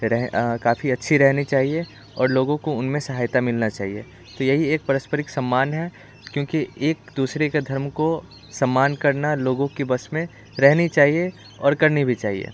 काफ़ी अच्छी रहनी चाहिए और लोगों को उनमें सहायता मिलना चाहिए कि यही एक परस्परिक सम्मान है क्योंकि एक दूसरे के धर्म को सम्मान करना लोगों के बस में रहनी चाहिए और करनी भी चाहिए